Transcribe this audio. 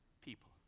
people